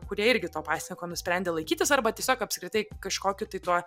kurie irgi to pasniko nusprendė laikytis arba tiesiog apskritai kažkokiu tai tuo